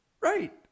Right